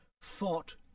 fought